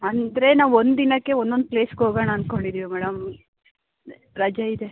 ಅಂದರೆ ನಾವು ಒಂದಿನಕ್ಕೆ ಒಂದೊಂದು ಪ್ಲೇಸ್ಗೆ ಹೋಗೊಣ ಅಂದ್ಕೊಂಡಿದ್ದೀವ್ ಮೇಡಮ್ ರಜೆ ಇದೆ